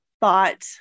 thought